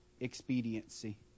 expediency